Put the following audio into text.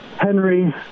Henry